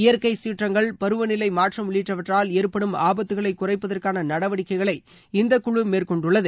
இயற்கை சீற்றங்கள் பருவநிலை மாற்றம் உள்ளிட்டவற்றால் ஏற்படும் ஆபத்துகளை குறைப்பதற்கான நடவடிக்கைகளை இந்தக் குழு மேற்கொண்டுள்ளது